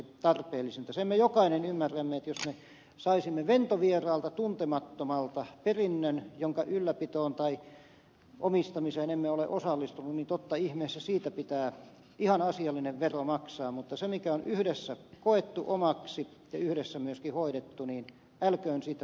sen me jokainen ymmärrämme että jos me saisimme ventovieraalta tuntemattomalta perinnön jonka ylläpitoon tai omistamiseen emme ole osallistuneet niin totta ihmeessä siitä pitää ihan asiallinen vero maksaa mutta se mikä on yhdessä koettu omaksi ja yhdessä myöskin hoidettu niin älköön siitä perintöveroa menkö